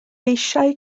eisiau